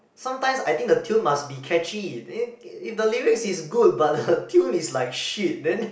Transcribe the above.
sometimes I think the tune must be catchy then if the lyrics is good but the tune is like shit then